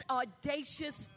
audacious